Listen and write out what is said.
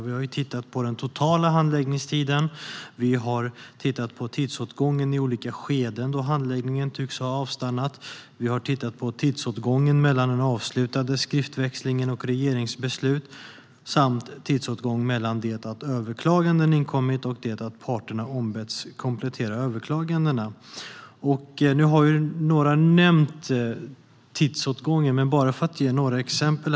Vi har tittat på den totala handläggningstiden, på tidsåtgången i olika skeden då handläggningen tycks ha avstannat, på tidsåtgången mellan den avslutande skriftväxlingen och regeringens beslut samt tidsåtgången mellan det att överklaganden har inkommit och det att parterna har ombetts att komplettera överklagandena. Några talare har redan nämnt tidsåtgången, men jag vill ge några exempel.